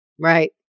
Right